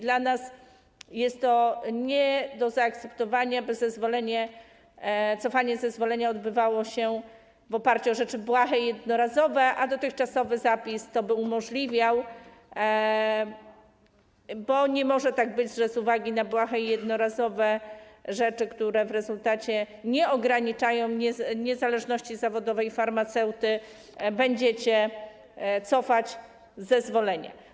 Dla nas nie do zaakceptowania jest to, by cofanie zezwolenia odbywało się w oparciu o rzeczy błahe i jednorazowe, a dotychczasowy zapis by to umożliwiał, bo nie może być tak, że z uwagi na błahe i jednorazowe rzeczy, które w rezultacie nie ograniczają niezależności zawodowej farmaceuty, będziecie cofać zezwolenia.